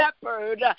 shepherd